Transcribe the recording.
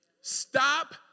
Stop